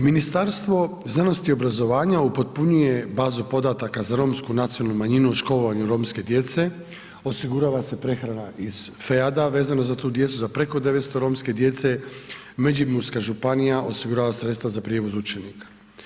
Ministarstvo znanosti i obrazovanja upotpunjuje bazu podataka za Romsku nacionalnu manjinu o školovanju romske djece, osigurava se prehrana iz FEAD-a vezano za tu djecu, za preko 900 romske djece, Međimurska županija osigurava sredstva za prijevoz učenika.